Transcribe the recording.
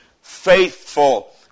faithful